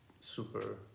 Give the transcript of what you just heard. super